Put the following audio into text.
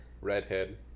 redhead